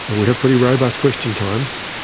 ah we have pretty robust question times.